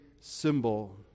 symbol